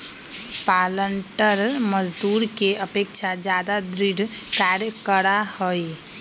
पालंटर मजदूर के अपेक्षा ज्यादा दृढ़ कार्य करा हई